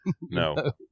No